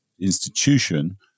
institution